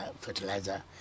Fertilizer